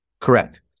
Correct